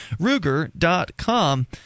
Ruger.com